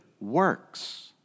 works